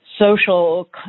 social